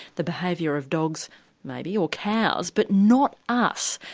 the behaviour of dogs maybe, or cows, but not us.